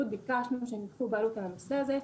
ביקשנו שהם ייקחו בעלות על הנושא הזה.